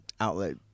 outlet